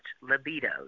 libido